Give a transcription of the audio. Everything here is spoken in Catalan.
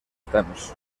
temps